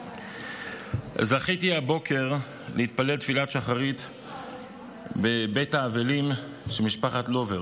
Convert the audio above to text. זכיתי הבוקר להתפלל תפילת שחרית בבית האבלים של משפחת לובר.